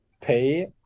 pay